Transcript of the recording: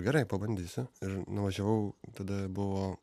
gerai pabandysiu ir nuvažiavau tada buvo